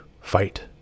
fight